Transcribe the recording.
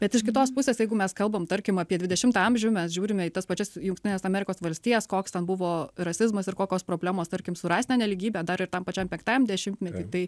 bet iš kitos pusės jeigu mes kalbam tarkim apie dvidešimtą amžių mes žiūrime į tas pačias jungtines amerikos valstijas koks ten buvo rasizmas ir kokios problemos tarkim su rasine nelygybe dar ir tam pačiam penktajam dešimtmety tai